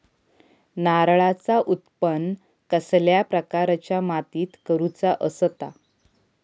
नारळाचा उत्त्पन कसल्या प्रकारच्या मातीत करूचा असता?